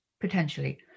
potentially